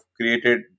created